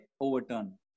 overturn